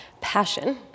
passion